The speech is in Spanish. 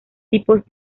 tipos